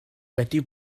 wedi